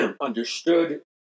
understood